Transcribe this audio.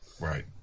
Right